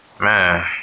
Man